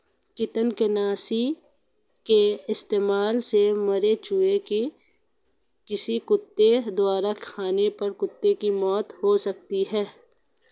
कृतंकनाशी के इस्तेमाल से मरे चूहें को किसी कुत्ते द्वारा खाने पर कुत्ते की मौत हो सकती है